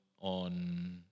on